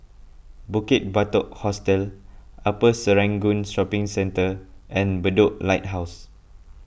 Bukit Batok Hostel Upper Serangoon Shopping Centre and Bedok Lighthouse